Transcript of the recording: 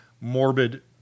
morbid